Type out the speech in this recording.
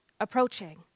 approaching